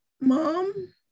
mom